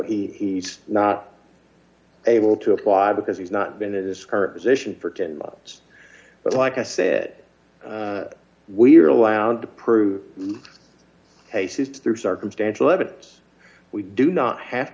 he's not able d to apply because he's not been in this current position for ten months but like i said we're allowed to prove they sift through circumstantial evidence we do not have